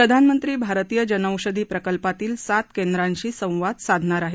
प्रधानमंत्री भारतीय जनौषधी प्रकल्पातील सात केद्रांशी संवाद साधणार आहेत